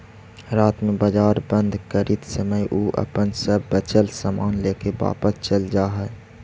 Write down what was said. रात में बाजार बंद करित समय उ अपन सब बचल सामान लेके वापस चल जा हइ